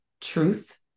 truth